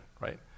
right